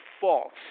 false